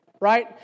right